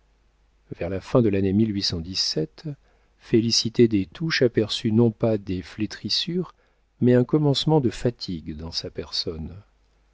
vers la fin de l'année félicité des touches aperçut non pas des flétrissures mais un commencement de fatigue dans sa personne